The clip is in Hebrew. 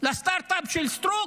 לסטארט-אפ של סטרוק?